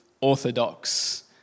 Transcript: orthodox